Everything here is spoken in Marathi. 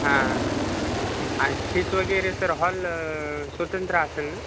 हा आणि फीस वगैरे सर हॉल स्वतंत्र असेल ना